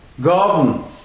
garden